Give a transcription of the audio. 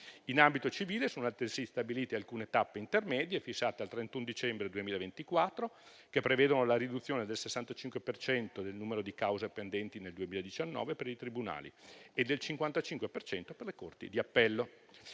In ambito civile, sono altresì stabilite alcune tappe intermedie fissate al 31 dicembre 2024, che prevedono la riduzione del 65 per cento del numero di cause pendenti nel 2019 per i tribunali e del 55 per cento per le corti d'appello.